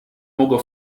mogło